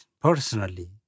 personally